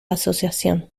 asociación